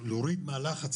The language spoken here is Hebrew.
להוריד מהלחץ,